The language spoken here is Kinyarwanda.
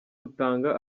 rutanga